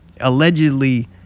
allegedly